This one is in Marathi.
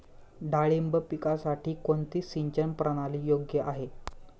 डाळिंब पिकासाठी कोणती सिंचन प्रणाली योग्य आहे?